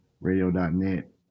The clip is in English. radio.net